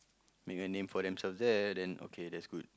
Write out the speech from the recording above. make a name for themselves there then okay that's good